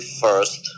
first